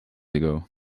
ago